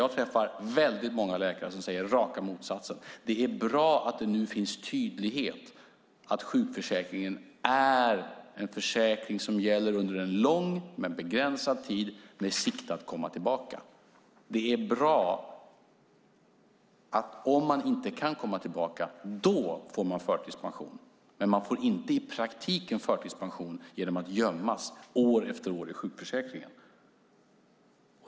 Jag träffar väldigt många läkare som säger raka motsatsen. Det är bra att det nu finns tydlighet, att sjukförsäkringen är en försäkring som gäller under en lång men begränsad tid med sikte på att man ska komma tillbaka. Det är bra att man, om man inte kan komma tillbaka, får förtidspension. Men man får inte i praktiken förtidspension genom att år efter år gömmas i sjukförsäkringen.